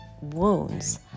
wounds